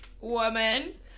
Woman